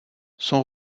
son